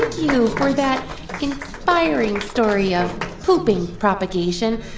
you for that inspiring story of pooping propagation.